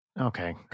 okay